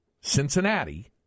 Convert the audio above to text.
Cincinnati